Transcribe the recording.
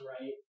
right